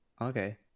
okay